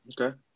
Okay